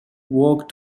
walk